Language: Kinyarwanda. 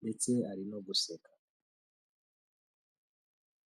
ndetse ari no guseka.